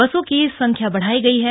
बसों की संख्या बढ़ाई गई है